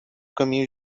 caminho